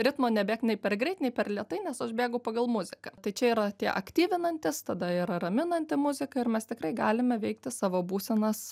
ritmo nebėgt nei per greit nei per lėtai nes aš bėgu pagal muziką tai čia yra tie aktyvinantys tada yra raminanti muzika ir mes tikrai galime veikti savo būsenas